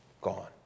gone